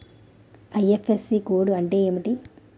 IFSC code అంటే ఏంటి?